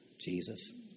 Jesus